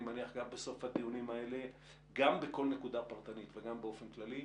בכל דיון בנפרד ובאופן כללי,